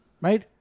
right